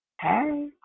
Hey